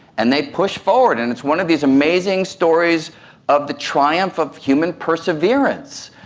and they pushed forward. and it's one of these amazing stories of the triumph of human perseverance.